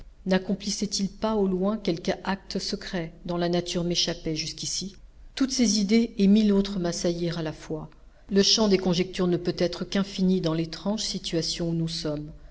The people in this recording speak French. naccomplissait il pas au loin quelque acte secret dont la nature m'échappait jusqu'ici toutes ces idées et mille autres m'assaillirent à la fois le champ des conjectures ne peut être qu'infini dans l'étrange situation où nous sommes